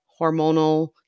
hormonal